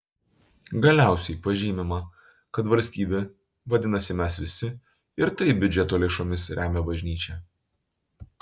galiausiai pažymima kad valstybė vadinasi mes visi ir taip biudžeto lėšomis remia bažnyčią